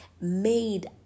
made